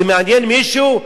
זה מעניין מישהו?